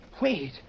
Wait